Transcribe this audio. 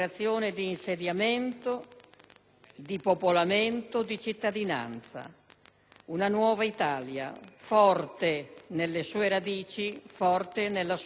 di popolamento, di cittadinanza. Una nuova Italia, forte nelle sue radici, forte nella sua prospettiva.